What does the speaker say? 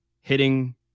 hitting